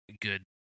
good